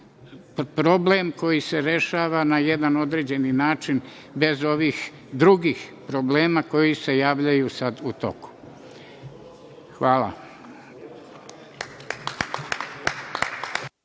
problem, koji se rešava na jedan određeni način, bez ovih drugih problema koji se javljaju sad u toku. Hvala.